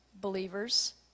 believers